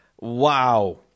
wow